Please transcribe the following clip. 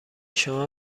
شما